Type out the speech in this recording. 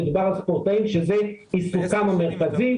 מדובר על ספורטאים שזה עיסוקם המרכזי.